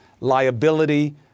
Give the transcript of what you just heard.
liability